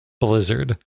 Blizzard